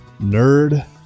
nerd